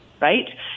right